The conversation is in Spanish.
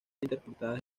interpretadas